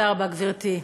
בבקשה, גברתי.